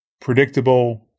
predictable